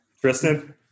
Tristan